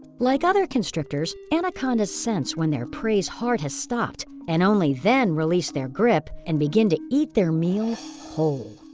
like other constrictors, anacondas sense when their prey's heart has stopped, and only then release their grip and begin to eat their meal whole.